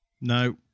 No